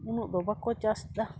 ᱩᱱᱟᱹᱜ ᱫᱚ ᱵᱟᱠᱚ ᱪᱟᱥᱫᱟ